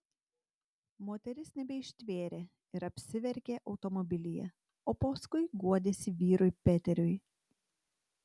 moteris nebeištvėrė ir apsiverkė automobilyje o paskui guodėsi vyrui peteriui